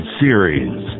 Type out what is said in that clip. series